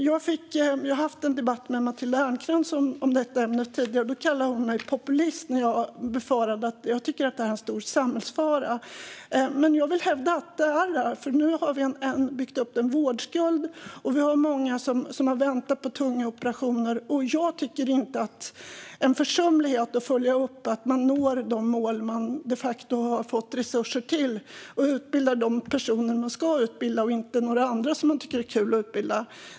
Jag har tidigare haft en debatt om ämnet med Matilda Ernkrans. Då kallade hon mig populist när jag tyckte att det här är en stor samhällsfara. Jag hävdar dock att det är det. Vi har byggt upp en vårdskuld, och många väntar på tunga operationer. Jag tycker att det är en försumlighet om man inte följer upp de mål som man de facto har fått resurser till. Man ska utbilda de personer som man ska utbilda och inte några andra som man tycker är kul att utbilda.